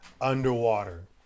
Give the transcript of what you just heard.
underwater